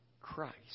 Christ